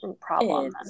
problem